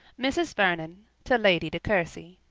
mrs. vernon to lady de courcy